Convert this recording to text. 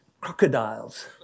crocodiles